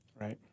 Right